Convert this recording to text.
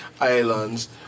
islands